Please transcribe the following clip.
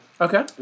Okay